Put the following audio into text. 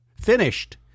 finished